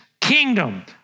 kingdom